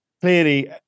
Clearly